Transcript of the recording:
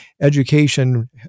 education